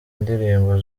indirimbo